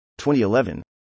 2011